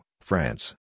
France